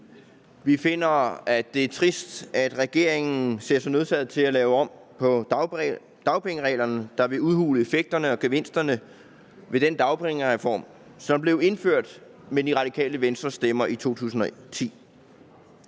vi finder det er trist at regeringen ser sig nødsaget til at lave om på dagpengereglerne, hvilket vil udhule effekterne og gevinsterne ved den dagpengereform, som blev indført med Det Radikale Venstres stemmer i 2010.